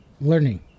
learning